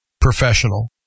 professional